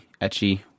etchy